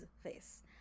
face